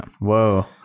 whoa